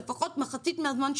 לפחות מחצית מהזמן.